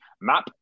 map